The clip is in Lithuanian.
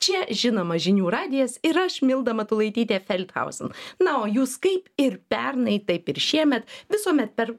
čia žinoma žinių radijas ir aš milda matulaitytėfeldhausen na o jūs kaip ir pernai taip ir šiemet visuomet per